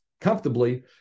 comfortably